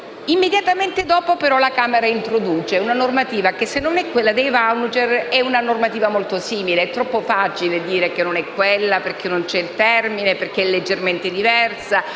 Immediatamente dopo, però, la Camera ha introdotto una normativa che, se non è quella dei *voucher*, è molto simile. È troppo facile dire che non è quella, perché non c'è il termine o perché è leggermente diversa;